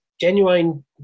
genuine